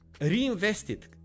reinvested